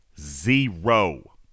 Zero